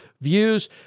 views